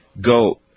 go